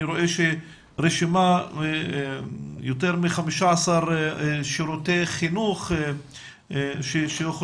אני רואה רשימה של יותר מ-15 שירותי חינוך שהוחרגו,